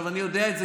אני יודע את זה,